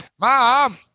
Mom